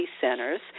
centers